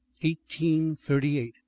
1838